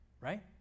right